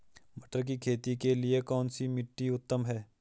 मटर की खेती के लिए कौन सी मिट्टी उत्तम है?